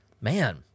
Man